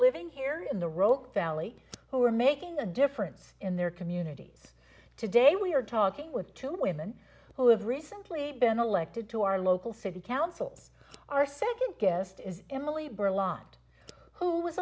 living here in the rock valley who are making a difference in their communities today we are talking with two women who have recently been elected to our local city councils our nd guest is emily